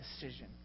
decision